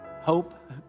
hope